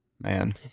Man